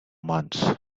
months